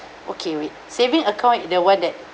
okay wait saving account is the one that